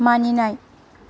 मानिनाय